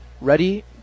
ready